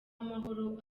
amahoro